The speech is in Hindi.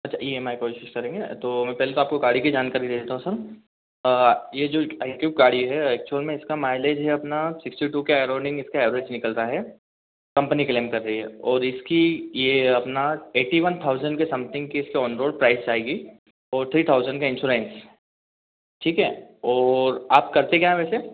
अच्छा ई एम आई कोशिश करेंगे तो मैं पहले तो आपको गाड़ी की जानकारी दे देता हूँ सर ये जो एक आई क्यूब गाड़ी है एक्चुअल में इसका माइलेज है अपना सिक्स्टी टू के अराउडिंग इसका एवरेज एवरेज निकल रहा है कंपनी क्लेम कर रही है और इसकी ये अपना एट्टी वन थाउज़ेंड के समथिंग की इसकी ऑनरोड प्राइज़ आएगी और थ्री थाउज़ेंड का इंस्योरेंस ठीक है और आप करते क्या हैं वैसे